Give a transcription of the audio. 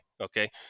Okay